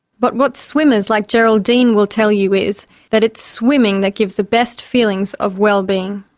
but what swimmers like geraldine will tell you is that it's swimming that gives the best feelings of wellbeing.